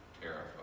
terrified